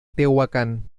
tehuacán